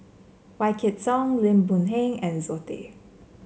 Wykidd Song Lim Boon Heng and Zoe Tay